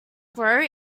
grow